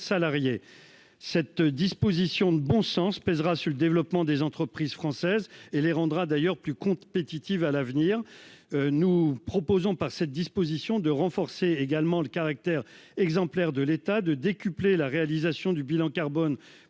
salariés. Cette disposition de bon sens pèsera sur le développement des entreprises françaises et les rendra d'ailleurs plus compétitives à l'avenir. Nous proposons pas cette disposition de renforcer également le caractère exemplaire de l'état de décupler la réalisation du bilan carbone